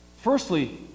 Firstly